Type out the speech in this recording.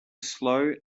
slow